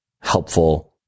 helpful